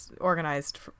organized